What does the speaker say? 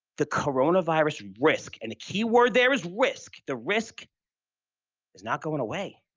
the coronavirus risk and the key word there is risk, the risk is not going away.